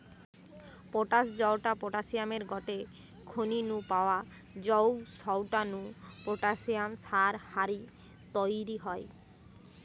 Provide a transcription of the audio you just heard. potash জউটা পটাশিয়ামের গটে খনি নু পাওয়া জউগ সউটা নু পটাশিয়াম সার হারি তইরি হয়